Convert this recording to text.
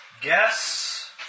Guess